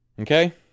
Okay